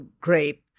great